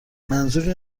منظوری